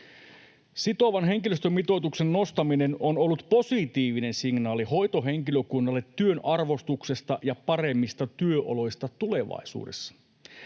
Sitovan henkilöstömitoituksen nostaminen on ollut positiivinen signaali hoitohenkilökunnalle työn arvostuksesta ja paremmista työoloista tulevaisuudessa.